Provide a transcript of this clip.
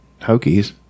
Hokies